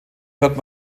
hört